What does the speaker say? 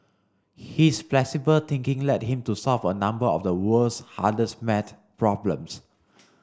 his flexible thinking led him to solve a number of the world's hardest maths problems